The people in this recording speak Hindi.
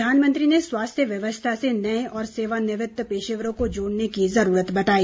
प्रधानमंत्री ने स्वास्थ्य व्यवस्था से नए और सेवानिवृत्त पेशेवरों को जोड़ने की जरूरत बताई